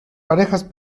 parejas